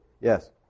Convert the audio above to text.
Yes